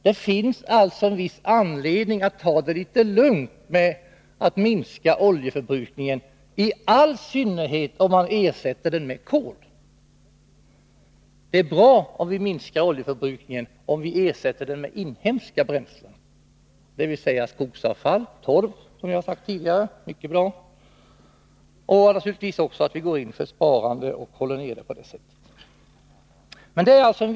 Det finns alltså en viss anledning att ta det litet lugnt när det gäller att minska oljeförbrukningen, i all synnerhet om man ersätter oljan med kol. Det är bra om vi kan minska oljeförbrukningen genom ersättning med inhemska bränslen, dvs. skogsavfall och torv. Naturligtvis är det också bra att vi går in för att spara och att därmed också hålla nere konsumtionen.